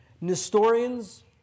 Nestorians